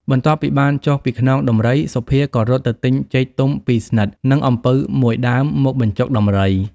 បន្ទាប់ពីបានចុះពីខ្នងដំរី សុភាក៏រត់ទៅទិញចេកទុំពីរស្និត និងអំពៅមួយ ដើមមកបញ្ចុកដំរី ។